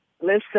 listen